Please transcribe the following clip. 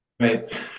Right